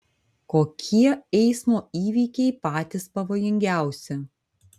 kokie eismo įvykiai patys pavojingiausi